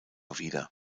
wieder